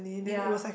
ya